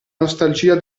nostalgia